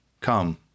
Come